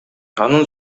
анын